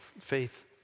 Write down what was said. Faith